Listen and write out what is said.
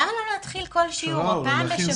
למה לא להתחיל כל שיעור או פעם בשבוע?